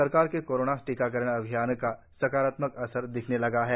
सरकार के कोरोना टीकाकरण अभियान का सकारात्मक असर दिखने लगा है